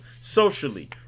socially